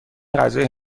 غذای